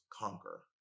conquer